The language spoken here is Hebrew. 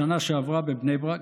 שאירע בשנה שעברה בבני ברק,